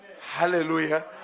Hallelujah